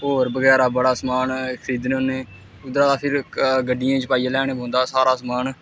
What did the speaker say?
होर बगैरा बड़ा सामन खरीदने होन्ने उद्धरा दा फिर गड्डियें च पाइयै लेई आना पौंदा सारा समान